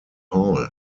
hall